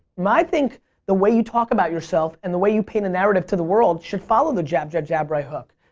my think the way you talk about yourself and the way you paint a narrative to the world should follow the jab, jab, jab, right hook.